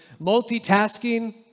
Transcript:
multitasking